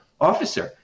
officer